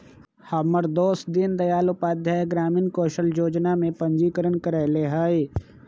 हमर दोस दीनदयाल उपाध्याय ग्रामीण कौशल जोजना में पंजीकरण करएले हइ